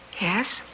Yes